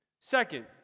Second